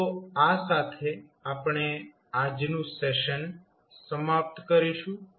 તો આ સાથે આપણે આજનું સેશન સમાપ્ત કરીશું